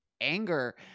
anger